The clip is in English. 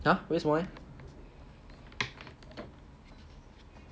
!huh! 为什么 leh